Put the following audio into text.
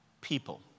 people